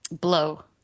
blow